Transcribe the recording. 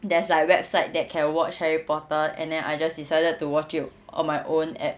there's like website that can watch harry porter and then I just decided to watch it on my own at